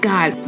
God